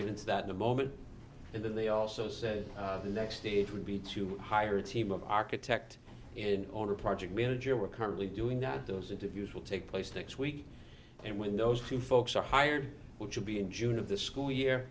get into that in a moment and then they also said next it would be to hire a team an architect in on a project manager we're currently doing that those interviews will take place next week and when those two folks are hired which will be in june of the school year